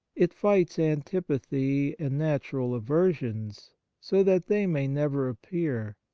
it fights antipathy and natural aversions so that they may never appear,